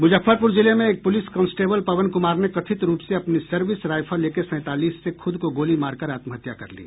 मुजफ्फरपुर जिले में एक पुलिस कांस्टेबल पवन कुमार ने कथित रूप से अपनी सर्विस राइफल एके सैंतालीस से खुद को गोली मारकर आत्महत्या कर ली